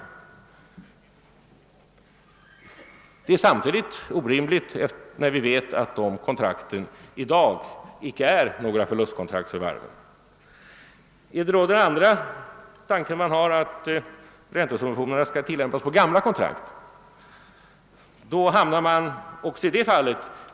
Men detta är samtidigt orimligt, då vi vet att dessa: kontrakt i dag icke är några förlustkontrakt för varven. En annan tanke är att räntesubventionerna skall tillämpas på gamla kontrakt. Också i det fallet.